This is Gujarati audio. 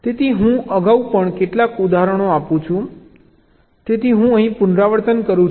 તેથી હું અગાઉ પણ કેટલાક ઉદાહરણો આપું છું તેથી હું અહીં પુનરાવર્તન કરું છું